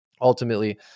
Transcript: Ultimately